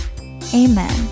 Amen